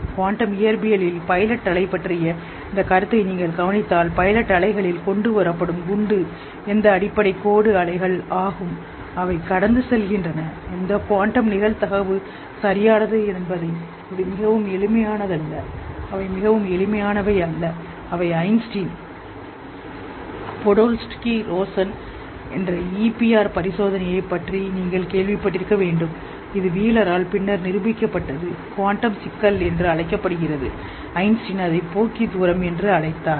quantum இயற்பியலில் pilot அலை பற்றிய இந்த கருத்தை நீங்கள் கவனித்தால் பைலட் அலைகளில் கொண்டு வரப்படும் குண்டு எந்த அடிப்படைக் கோடு அலைகள் ஆகும் அவை கடந்து செல்கின்றன எந்த குவாண்டம் நிகழ்தகவு சரியானது என்பதைக் இது மிகவும் எளிமையானதல்ல அவை மிகவும் எளிமையானவை அல்ல அவை ஐன்ஸ்டீன் பொடோல்ஸ்கி ரோசன் என்ற ஈபிஆர் பரிசோதனையைப் பற்றி நீங்கள் கேள்விப்பட்டிருக்க வேண்டும் இது சக்கர வாகனம் பின்னர் நிரூபிக்கப்பட்டது குவாண்டம் சிக்கல் என்று அழைக்கப்படுகிறது ஐன்ஸ்டீன் அதை போக்கி தூரம் என்று அழைத்தார்